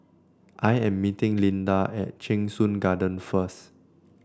I am meeting Lynda at Cheng Soon Garden first